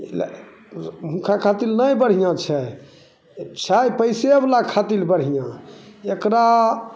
रुपैआ लए हूँ हुनका खातिर नहि बढ़िआँ छै छै पैसेवला खातिर बढ़िआँ एकरा